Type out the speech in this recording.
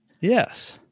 Yes